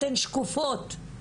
אתן שקופות.